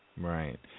Right